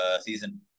season